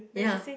ya